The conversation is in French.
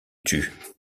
tut